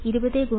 20